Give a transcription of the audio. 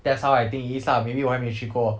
that's how I think it is lah maybe 我会沒去过